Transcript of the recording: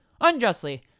Unjustly